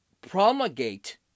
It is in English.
promulgate